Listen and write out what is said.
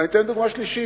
אני אתן דוגמה שלישית,